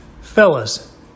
Fellas